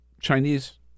Chinese